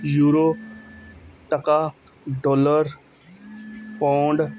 euro taka dollar pond